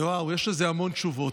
ואו, יש לזה המון תשובות.